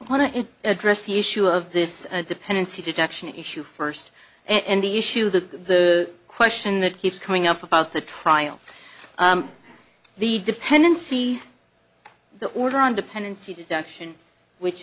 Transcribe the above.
want to address the issue of this dependency deduction issue first and the issue that the question that keeps coming up about the trial the dependency the order on dependency deduction which